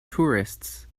tourists